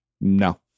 no